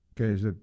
Okay